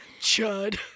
Chud